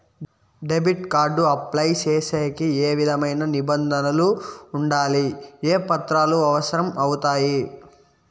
Debit card apply సేసేకి ఏ విధమైన నిబంధనలు ఉండాయి? ఏ పత్రాలు అవసరం అవుతాయి?